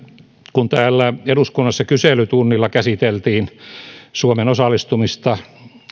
kun täällä eduskunnassa kyselytunnilla käsiteltiin suomen osallistumista